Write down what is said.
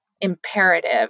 imperative